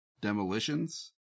Demolitions